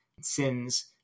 sins